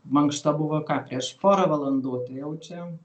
mankšta buvo ką prieš porą valandų tai jau čia